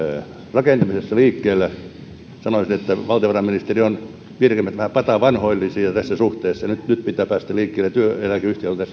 rakentamisessa liikkeelle sanoisin että valtiovarainministeriön virkamiehet ovat vähän patavanhoillisia tässä suhteessa nyt nyt pitää päästä liikkeelle ja